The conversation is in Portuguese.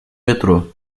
metrô